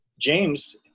James